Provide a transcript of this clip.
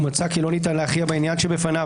ומצא כי לא ניתן להכריע בעניין שבפניו